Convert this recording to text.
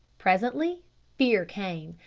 presently fear came.